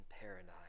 paradise